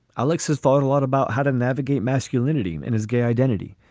alex has thought a lot about how to navigate masculinity in his gay identity.